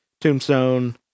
Tombstone